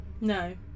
No